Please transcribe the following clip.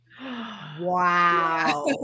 Wow